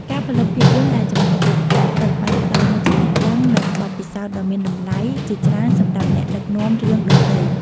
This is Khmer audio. ការផលិតភាពយន្តដែលចំណាយថវិកាតិចបានផ្តល់នូវចំណេះដឹង និងបទពិសោធន៍ដ៏មានតម្លៃជាច្រើនសម្រាប់អ្នកដឹកនាំរឿងដទៃ។